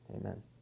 Amen